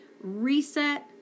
Reset